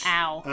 ow